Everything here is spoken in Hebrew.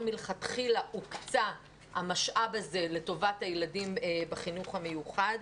מלכתחילה הוקצה המשאב הזה לטובת הילדים בחינוך המיוחד.